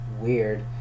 weird